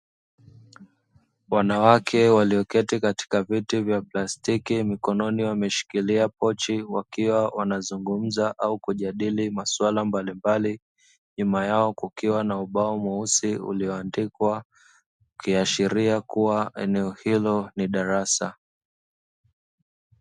Wanawake walioketi katuka viti vya plastiki mikononi wameshikilia pochi wakiwa wanazungumza au kujadili masuala mbalimbali, nyuma yao kukiwa na ubao mweusi ulioandikwa ukiashiria kuwa eneo hilo ni darasa.